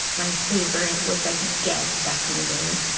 my favorite was like guess back in the day.